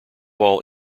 all